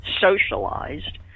socialized